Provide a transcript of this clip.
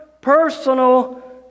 personal